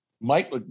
Mike